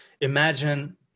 imagine